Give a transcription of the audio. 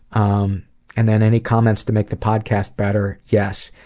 um and then, any comments to make the podcast better? yes.